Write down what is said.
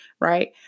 right